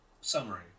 Summary